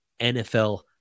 NFL